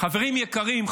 חברים יקרים,